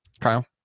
Kyle